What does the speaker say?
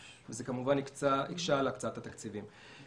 וזה הקשה על הקצאת התקציבים.